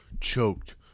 choked